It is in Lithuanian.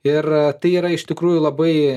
ir tai yra iš tikrųjų labai